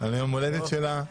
על יום ההולדת שלה.